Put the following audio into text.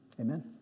amen